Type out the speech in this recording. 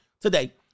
today